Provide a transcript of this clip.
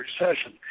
recession